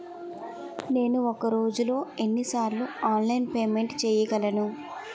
నేను ఒక రోజులో ఎన్ని సార్లు ఆన్లైన్ పేమెంట్ చేయగలను?